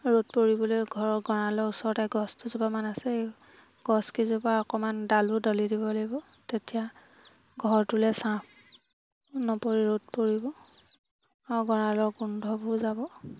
ৰ'দ পৰিবলৈ ঘৰৰ গড়ালৰ ওচৰতে গছ দুজোপামান আছে গছকেইজোপা অকমান ডালো দলি দিব লাগিব তেতিয়া ঘৰটোলৈ ছাঁ নপৰি ৰ'দ পৰিব আৰু গড়ালৰ গোন্ধবোৰ যাব